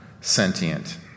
sentient